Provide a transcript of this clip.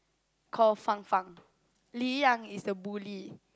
call Fang Fang Lin Yi Yang is the bully